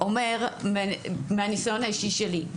אומר מהניסיון האישי שלי,